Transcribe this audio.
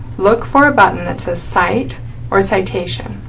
look for a button that says cite or citation